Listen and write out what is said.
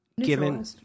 given